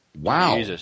wow